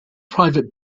private